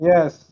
Yes, (